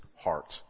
heart